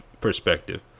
perspective